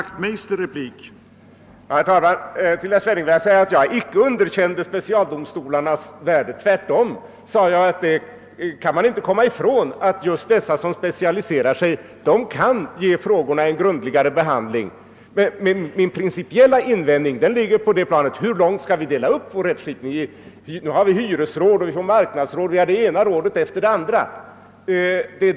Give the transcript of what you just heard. Herr talman! Jag underkände inte, herr "Svenning, specialdomstolarnas värde — tvärtom sade jag att man inte kan komma ifrån att de som specialise rar sig kan ge frågorna en grundligare behandling. Min invändning ligger på planet: Hur långt skall vi dela upp vår rättskipning? Nu har vi hyresråd, vi kommer att få marknadsråd och det ena rådet efter det andra.